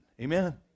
amen